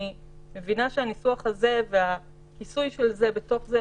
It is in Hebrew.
אני מבינה שהניסוח הזה והכיסוי של העניין הזה בתוך הסעיף